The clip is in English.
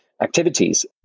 activities